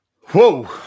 Whoa